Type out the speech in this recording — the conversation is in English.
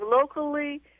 locally